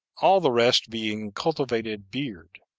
all the rest being cultivated beard.